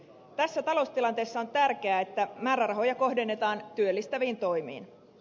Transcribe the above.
tässä taloustilanteessa on tärkeää että määrärahoja kohdennetaan työllistäviin toimiin